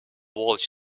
walsh